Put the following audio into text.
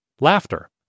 laughter